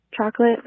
chocolate